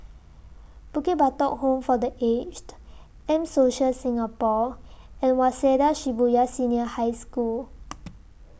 Bukit Batok Home For The Aged M Social Singapore and Waseda Shibuya Senior High School